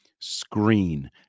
screen